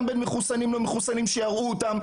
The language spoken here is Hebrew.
בין מחוסנים ללא מחוסנים - שיראו אותם.